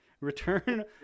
Return